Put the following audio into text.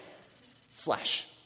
Flesh